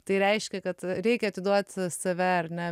tai reiškia kad reikia atiduot save ar ne